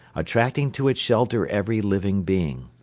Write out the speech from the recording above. attracting to its shelter every living being.